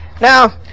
Now